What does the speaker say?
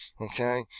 Okay